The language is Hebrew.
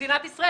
החקלאית",